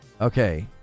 Okay